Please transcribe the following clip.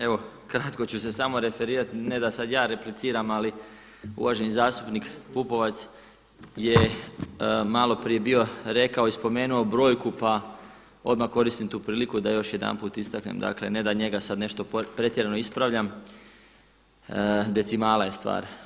Evo kratko ću se samo referirati, ne da ja sada repliciram, ali uvaženi zastupnik Pupovac je malo prije bio rekao i spomenuo broju pa odmah koristim tu priliku da još jedanput istaknem, dakle ne da sada njega nešto pretjerano ispravljam decimala je stvar.